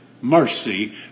mercy